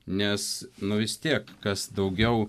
nes nu vis tiek kas daugiau